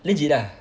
legit ah